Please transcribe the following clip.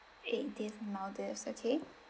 eight days maldives okay